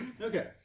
Okay